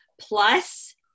Plus